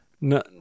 No